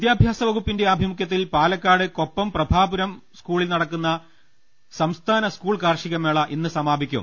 വിദ്യാഭ്യാസ വകുപ്പിന്റെ ആഭിമുഖ്യത്തിൽ പാലക്കാട് കൊപ്പം പ്രഭാപുരം സ്കൂളിൽ നടക്കുന്ന സംസ്ഥാന സ്കൂൾ കാർഷിക മേള ഇന്ന് സമാപിക്കും